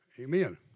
Amen